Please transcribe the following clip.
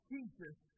Jesus